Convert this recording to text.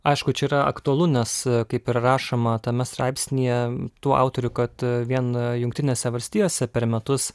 aišku čia yra aktualu nes kaip ir rašoma tame straipsnyje tų autorių kad vien jungtinėse valstijose per metus